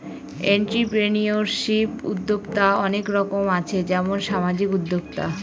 entrepreneurship উদ্যক্তা অনেক রকম আছে যেমন সামাজিক উদ্যোক্তা